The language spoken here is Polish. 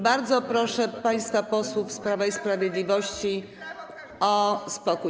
Bardzo proszę państwa posłów z Prawa i Sprawiedliwości o spokój.